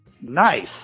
Nice